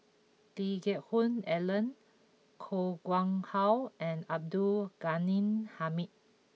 Lee Geck Hoon Ellen Koh Nguang How and Abdul Ghani Hamid